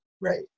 Right